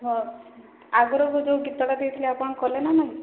ହଁ ଆଗରୁ ଯୋଉ ଗୀତଟା ଦେଇଥିଲି ଆପଣ କଲେ ନା ନାହିଁ